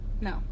No